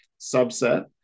subset